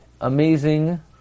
amazing